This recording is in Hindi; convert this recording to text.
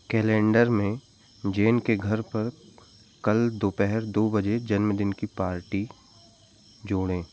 कैलेंडर में जेन के घर पर कल दोपहर दो बजे जन्मदिन की पार्टी जोड़ें